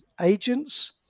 agents